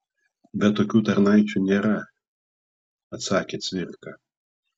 bet tokių tarnaičių nėra atsakė cvirka